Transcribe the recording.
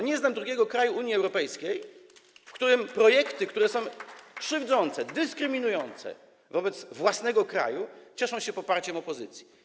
Nie znam drugiego kraju Unii Europejskiej, w którym projekty, które są krzywdzące, dyskryminujące wobec jej własnego kraju, cieszą się poparciem opozycji.